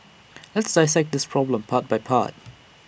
let's dissect this problem part by part